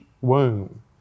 womb